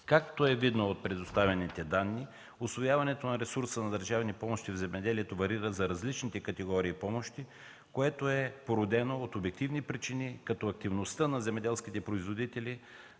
Както е видно от предоставените данни, усвояването на ресурса на държавните помощи в земеделието варира за различните категории помощи, което е породено от обективни причини, като активността на земеделските производители;